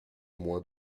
moins